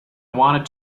want